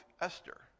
Esther